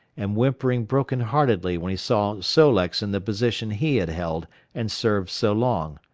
and whimpering broken-heartedly when he saw sol-leks in the position he had held and served so long.